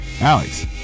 Alex